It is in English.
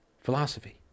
philosophy